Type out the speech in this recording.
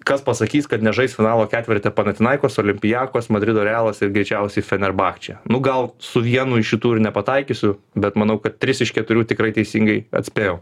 kas pasakys kad nežais finalo ketverte panathinaikos olympiakos madrido realas ir greičiausiai fenerbahce nu gal su vienu iš šitų ir nepataikysiu bet manau kad tris iš keturių tikrai teisingai atspėjau